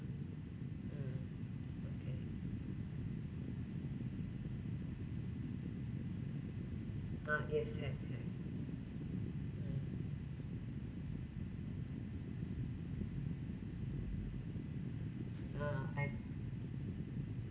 mm yeah ah yes yes yes mm ah